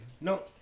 No